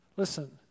Listen